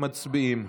מצביעים.